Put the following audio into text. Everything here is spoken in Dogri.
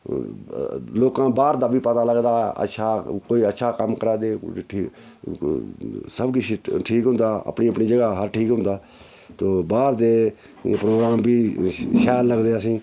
लोकां बाह्र दा बी पता लगदा अच्छा कोई अच्छा कम्म करा दे सब किश ठीक होंदा अपनी अपनी जगह् हर ठीक होंदा ते बाह्र दे प्रोग्राम बी शैल लगदे असेंई